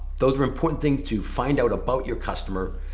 those are important things to find out about your customer.